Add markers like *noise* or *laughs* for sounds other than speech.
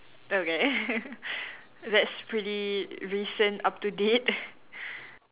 okay *laughs* that's pretty recent up to date